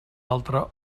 altre